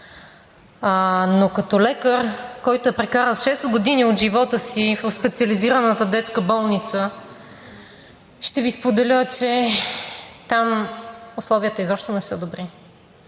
Но като лекар, който е прекарал шест години от живота си в Специализираната детска болница, ще Ви споделя, че там условията изобщо не са добри